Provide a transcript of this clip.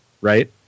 right